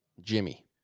Jimmy